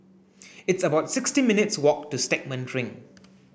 it's about sixty minutes' walk to Stagmont Ring